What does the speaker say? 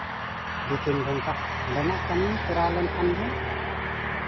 ᱫᱩ ᱛᱤᱱ ᱜᱷᱚᱱᱴᱟ ᱚᱸᱰᱮᱱᱟᱜ ᱠᱟᱹᱢᱤ ᱛᱚᱨᱟᱣ ᱞᱮᱱᱠᱷᱟᱱ ᱜᱮ